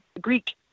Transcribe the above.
Greek